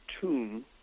tomb